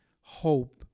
hope